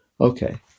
Okay